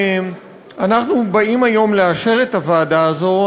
שכשאנחנו באים היום לאשר את הוועדה הזו,